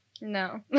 No